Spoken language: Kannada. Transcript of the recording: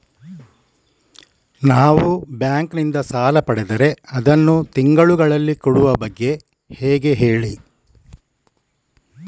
ನಾವು ಬ್ಯಾಂಕ್ ನಿಂದ ಸಾಲ ಪಡೆದರೆ ಅದನ್ನು ತಿಂಗಳುಗಳಲ್ಲಿ ಕೊಡುವ ಬಗ್ಗೆ ಹೇಗೆ ಹೇಳಿ